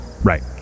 Right